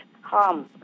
harm